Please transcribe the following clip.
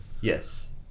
Yes